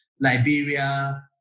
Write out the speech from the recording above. Liberia